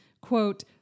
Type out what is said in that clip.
quote